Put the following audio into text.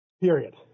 Period